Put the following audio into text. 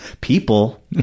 people